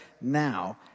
now